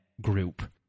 group